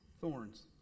Thorns